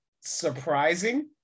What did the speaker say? surprising